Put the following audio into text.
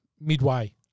midway